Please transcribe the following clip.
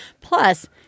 Plus